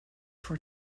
for